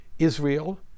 Israel